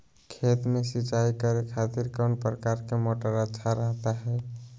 खेत में सिंचाई करे खातिर कौन प्रकार के मोटर अच्छा रहता हय?